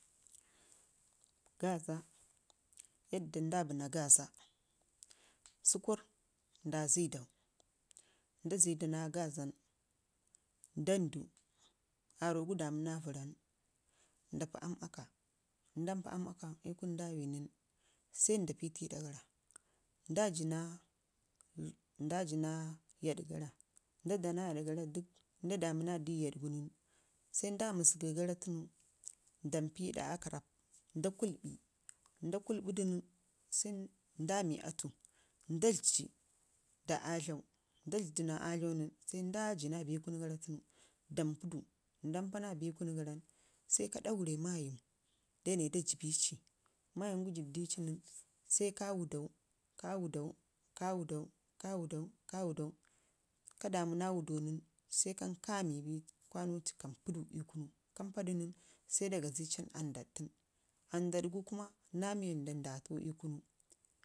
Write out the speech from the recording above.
Gaaza, yadda nda bəna gaaza, səkkuru nda zədau nda zədu na gaazan, dandu aarogu damuna vərra nən, nda pii aam akka, nda pa ii kunu dawi nən sai nda pii. Au ii aɗagara, nda ji naa yaɗ gara, nda dana yaɗ gara dək nda damu di yaɗ gara nən sai ndami zəgərr gara ndampii ii ɗa akka nda kulɓi nda kulɓudu nən sai ndame atu, nda dlidji da aadlau, nda dlidji naa aadlau nən, sai ndaje na bii kunu gava tumu dampe du sai ka daare mayəm da sibbici, mayəmgu libdice nən, ka wə dau, kawudu, kawudau, ka damuna wədau nən sai kam kame kwaoci kampa ii kunu kampada nən sai da gazii an aandad tunu, aandad gu kuma naa mi wanda nda tau ii kunu